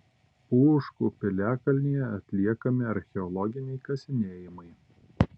pūškų piliakalnyje atliekami archeologiniai kasinėjimai